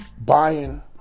Buying